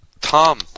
Tom